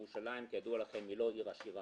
ירושלים, כידוע לכם, היא לא עיר עשירה